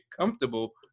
comfortable